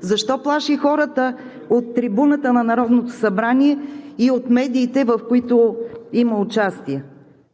Защо плаши хората от трибуната на Народното събрание и от медиите, в които има участие?